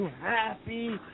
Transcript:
happy